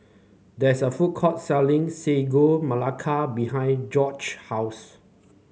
there is a food court selling Sagu Melaka behind Jorge house